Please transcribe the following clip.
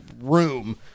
room